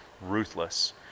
ruthless